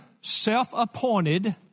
self-appointed